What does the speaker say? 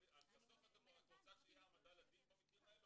בסוף את רוצה שתהיה העמדה לדין במקרים הללו?